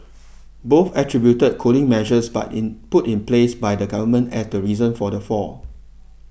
both attributed cooling measures but in put in place by the government as the reason for the fall